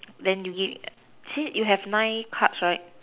then you give see you have nine cards right